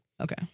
Okay